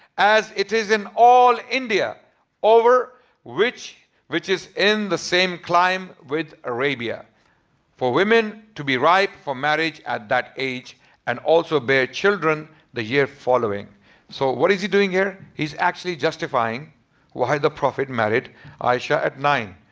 as it is in all india over which which is in the same clime with arabia for women to be ripe for marriage at that age and also bear children the year following so what is he doing here? he's actually justifying why the prophet married aisha at nine.